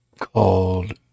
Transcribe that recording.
called